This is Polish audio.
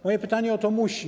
Mam pytanie o to „musi”